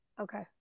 Okay